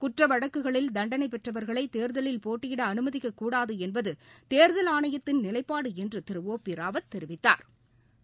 குற்றவழக்குகளில் தண்டனைபெற்றவர்களைதேர்தலில் போட்டியிடஅனுமதிக்கக்கூடாதுஎன்பதுதேர்தல் ஆணையத்தின் நிலைப்பாடுஎன்றுதிரு ஒ பிராவத் தெரிவித்தாா்